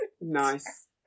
Nice